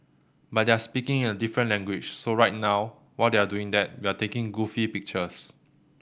but they're speaking in a different language so right now while they're doing that we're taking goofy pictures